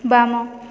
ବାମ